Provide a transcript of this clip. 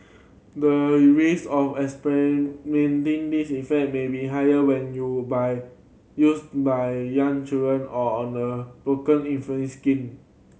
the risk of experiencing these effect may be higher when you by used by young children or on The Broken inflamed skin